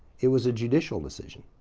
it was a judicial decision.